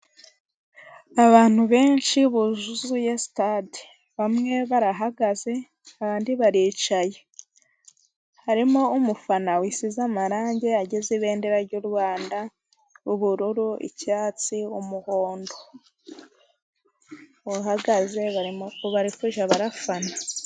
Abantu benshi buzuye sitade, bamwe barahagaze, abandi baricaye, harimo umufana wisize amarange agize ibendera ry'u Rwanda, ubururu, icyatsi, umuhondo, barahagaze bari kujya barafana.